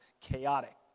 chaotic